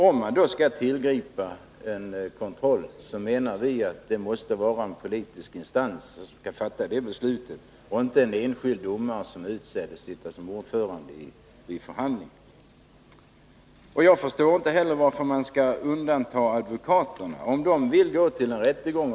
Om kontroll skall tillgripas, så måste beslut därom enligt vår mening fattas av en politisk instans. Det får inte den domare göra som utses att leda förhandlingarna. Jag förstår inte heller varför advokaterna skall undantas från sådan kontroll.